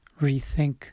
rethink